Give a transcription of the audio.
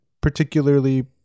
particularly